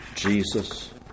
Jesus